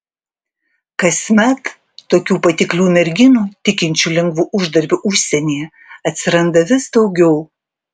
kasmet tokių patiklių merginų tikinčių lengvu uždarbiu užsienyje atsiranda vis daugiau